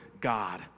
God